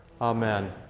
Amen